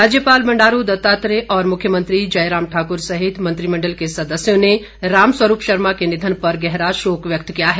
राज्यपाल बंडारू दत्तात्रेय और मुख्यमंत्री जयराम ठाक्र सहित मंत्रिमण्डल के सदस्यों ने रामस्वरूप शर्मा के निधन पर गहरा शोक व्यक्त किया है